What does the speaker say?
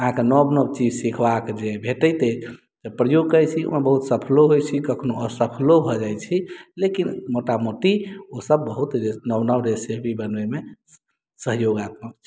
अहाँके नब नब चीज सीखब के जे भेटैत अछि प्रयोग करै छी ओहिमे बहुत सफलो होइ छी कखनो असफलो भऽ जाइ छी लेकिन मोटा मोटी ओसब बहुत नब नब रेसिपी बनबै मे सहयोगताम्क छैथ